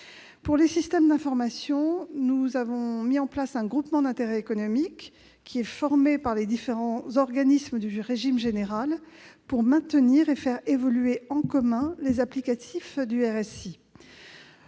Pour les systèmes d'information, nous avons mis en place un groupement d'intérêt économique formé par les différents organismes du régime général pour maintenir et faire évoluer en commun les applicatifs du RSI.